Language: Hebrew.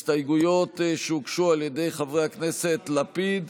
הסתייגויות שהוגשו על ידי חברי הכנסת לפיד,